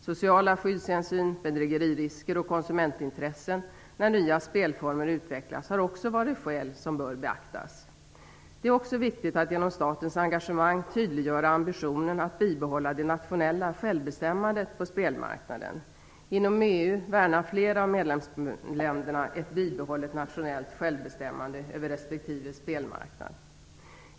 Sociala skyddshänsyn, bedrägeririsker och konsumentintressen när nya spelformer utvecklas är också skäl som bör beaktas. Det är också viktigt att genom statens engagemang tydliggöra ambitionen att bibehålla det nationella självbestämmandet på spelmarknaden. Inom EU värnar flera av medlemsländerna ett bibehållet nationellt självbestämmande över respektive spelmarknad.